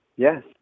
Yes